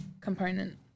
component